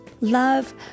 love